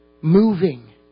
Moving